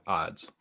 odds